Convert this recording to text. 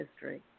history